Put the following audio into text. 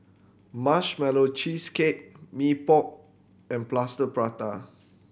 Marshmallow Cheesecake Mee Pok and Plaster Prata